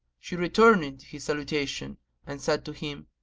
she returned his salutation and said to him,